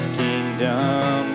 kingdom